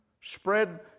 Spread